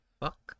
fuck